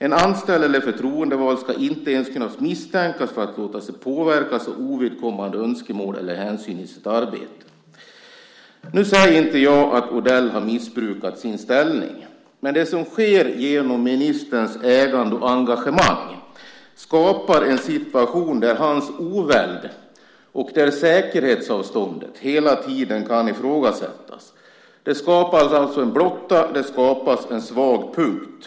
En anställd eller förtroendevald ska inte ens kunna misstänkas för att låta sig påverkas av ovidkommande önskemål eller hänsyn i sitt arbete. Jag säger inte att Odell har missbrukat sin ställning, men det som sker genom ministerns ägande och engagemang skapar en situation där hans oväld och säkerhetsavståndet hela tiden kan ifrågasättas. Det skapas en blotta. Det skapas en svag punkt.